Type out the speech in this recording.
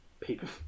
People